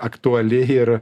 aktuali ir